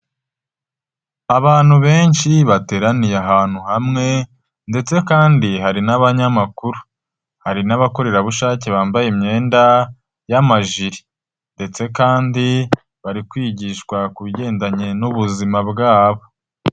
Abantu benshi bateraniye ahantu hamwe ndetse kandi hari n'abanyamakuru, hari n'abakorerabushake bambaye imyenda y'amajire ndetse kandi bari kwigishwa kubigendanye n'ubuzima bwabo.